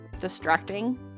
distracting